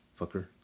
Fucker